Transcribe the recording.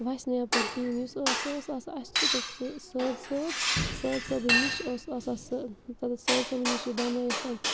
وَسہِ نہٕ یَپٲرۍ کِہیٖنۍ یُس اوس سُہ اوس آسان اَسہِ چھِ تَتہِ سُھ صٲدۍ صٲب صٲدۍ صٲبٕنۍ نِش اوس آسان سُہ تَتٮ۪تھ صٲدۍ صٲبٕنۍ نِش چھِ بَنٲیِتھ تِم